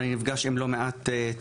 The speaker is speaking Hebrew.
אני נפגש עם לא מעט צעירים,